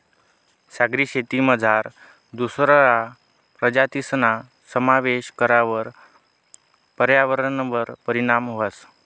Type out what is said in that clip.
सागरी शेतीमझार दुसरा प्रजातीसना समावेश करावर पर्यावरणवर परीणाम व्हस